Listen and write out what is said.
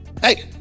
Hey